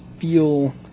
feel